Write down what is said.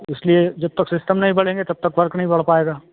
इसलिए जब तक सिस्टम नहीं बढ़ेंगे तब तक वर्क नहीं बढ़ पाएगा